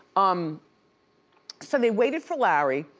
um so they waited for larry,